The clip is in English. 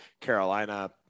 Carolina